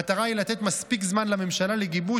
המטרה היא לתת מספיק זמן לממשלה לגיבוש